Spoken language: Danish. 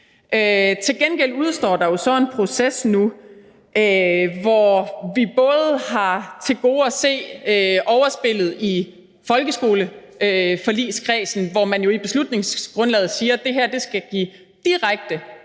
Til gengæld udestår der jo så en proces nu, hvor vi både har til gode at se overspillet i folkeskoleforligskredsen, hvor man jo i beslutningsgrundlaget siger, at det her skal give direkte